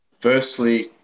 Firstly